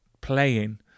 playing